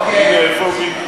עם החברים שלך.